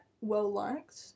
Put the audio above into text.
well-liked